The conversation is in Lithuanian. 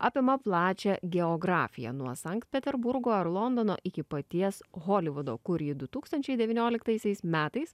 apima plačią geografiją nuo sankt peterburgo ar londono iki paties holivudo kur ji du tūkstančiai devynioliktaisiais metais